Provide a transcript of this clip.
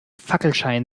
fackelschein